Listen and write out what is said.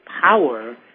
power